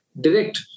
direct